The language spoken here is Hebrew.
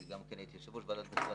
הייתי יושב-ראש ועדת מכרזים,